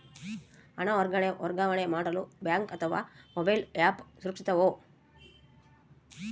ಹಣ ವರ್ಗಾವಣೆ ಮಾಡಲು ಬ್ಯಾಂಕ್ ಅಥವಾ ಮೋಬೈಲ್ ಆ್ಯಪ್ ಸುರಕ್ಷಿತವೋ?